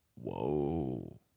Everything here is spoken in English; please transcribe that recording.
Whoa